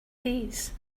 these